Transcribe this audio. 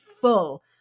full